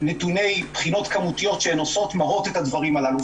נתוני בחינות כמותיות שמראים את הדברים הללו,